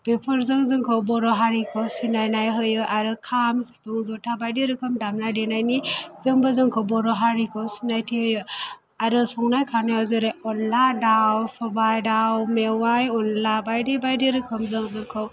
बेफोरजों जोंखौ बर' हारिखौ सिनायनाय होयो आरो खाम सिफुं जथा बायदि रोखोम दामनाय देनायनिजोंबो जोंखौ बर' हारिखौ सिनायथि होयो आरो संनाय खावनायाव जेरै अनला दाउ सबाइ दाउ मेवाइ अनला बायदि बायदि रोखोमजों जोंखौ